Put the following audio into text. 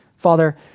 Father